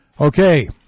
Okay